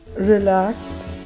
relaxed